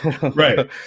right